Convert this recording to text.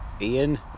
Ian